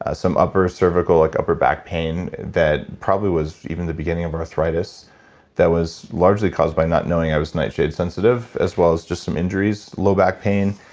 some upper cervical like upper back pain that probably was even the beginning of arthritis that was largely caused by not knowing i was nightshade sensitive as well as just some injuries, low back pain.